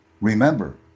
Remember